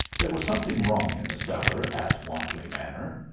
there was something wrong in the cellar at wantley manor.